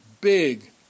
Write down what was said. big